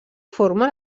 forma